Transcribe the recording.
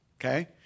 Okay